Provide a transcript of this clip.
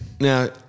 Now